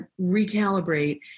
recalibrate